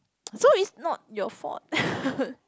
so it's not your fault